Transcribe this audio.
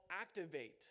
activate